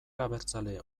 abertzale